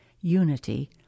unity